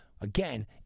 Again